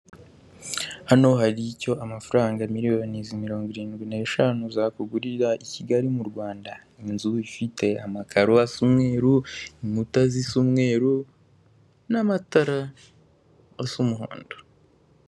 Hano hari icyo amafaranga miliyoni mirongo irindwi n'eshanu zakugurira i Kigali mu Rwanda, ni inzu ifite amakaro asa umweru, inkuta zisa umweru n'amatara asaumuhondo.